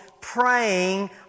praying